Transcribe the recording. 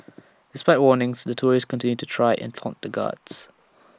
despite warnings the tourists continued to try and taunt the guards